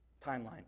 timeline